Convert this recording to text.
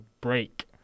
break